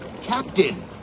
Captain